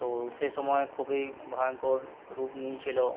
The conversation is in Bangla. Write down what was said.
তো সে সময় খুবই ভয়ঙ্কর রূপ নিয়েছিলো